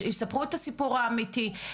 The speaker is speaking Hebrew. שיספרו את הסיפור האמיתי.